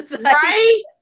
Right